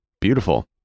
beautiful